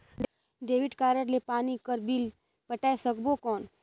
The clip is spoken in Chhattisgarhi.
डेबिट कारड ले पानी कर बिल पटाय सकबो कौन?